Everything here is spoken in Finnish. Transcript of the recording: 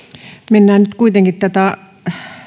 mennään nyt kuitenkin tätä